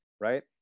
right